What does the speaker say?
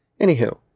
Anywho